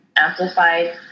amplified